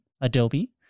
Adobe